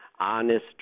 honest